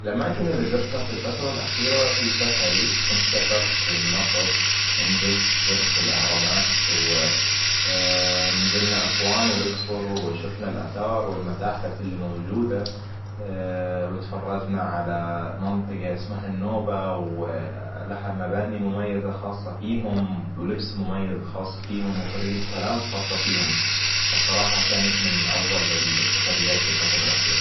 الأماكن اللي زرتها في الفترة الأخيرة هي سفري كنت سافرت لمصر نزلت زرت الأهرامات و نزلنا اسوان والأقصر وشفنا الأثار والمتاحف اللي موجودة وتفرجنا على منطقة اسمها النوبة ولها مباني مميزة خاصة فيهم ولبس مميز خاص فيهم وطريقة كلام خاصة فيهم. فالصراحة كانت من افضل السفريات في الفترة الأخيرة